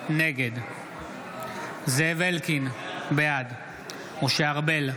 נגד זאב אלקין, בעד משה ארבל,